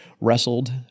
wrestled